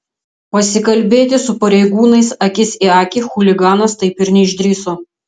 pasikalbėti su pareigūnais akis į akį chuliganas taip ir neišdrįso